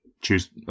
choose